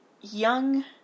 young